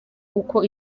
uko